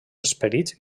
esperits